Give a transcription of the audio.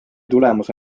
tulemus